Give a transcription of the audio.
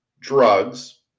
drugs